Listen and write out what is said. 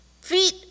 Feet